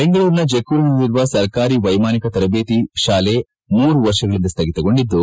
ಬೆಂಗಳೂರಿನ ಜಕ್ಕೂರಿನಲ್ಲಿರುವ ಸರ್ಕಾರಿ ವೈಮಾನಿಕ ತರಬೇತಿ ಶಾಲೆ ಮೂರು ವರ್ಷಗಳಿಂದ ಸ್ಥಗಿತಗೊಂಡಿದ್ದು